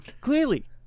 Clearly